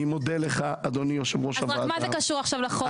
אני מודה לך אדוני יושב-ראש הוועדה -- אבל מה זה קשור עכשיו לחוק?